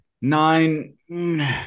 Nine